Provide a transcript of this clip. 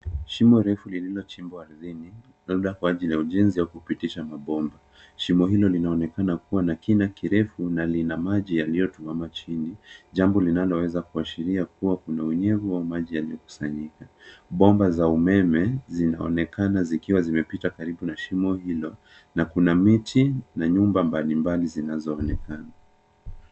Shimo refu lililochimbwa ardhini labda kwa ajili ya ujenzi au kupitisha mabomba. Shimo hilo linaonekana kuwa na kina kirefu na lina maji yaliyotuama chini. Jambo linaloweza kuashiria kuwa kuna unyevu wa maji yaliyokusanyika. Bomba za umeme zinaonekana zikiwa zimepita karibu na shimo hilo na kuna miti na nyumba mbalimbali zinazoonekana.